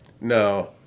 no